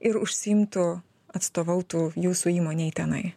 ir užsiimtų atstovautų jūsų įmonei tenai